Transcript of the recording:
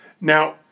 Now